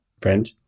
friend